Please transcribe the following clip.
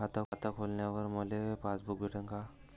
खातं खोलल्यावर मले पासबुक भेटन का?